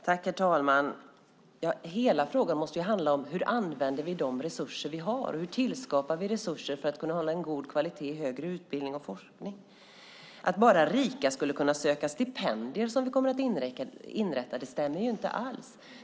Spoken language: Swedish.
Herr talman! Hela frågan måste handla om hur vi använder de resurser vi har. Hur skapar vi resurser för att hålla god kvalitet i högre utbildning och forskning? Att bara rika skulle kunna söka stipendier som vi kommer att inrätta stämmer inte alls.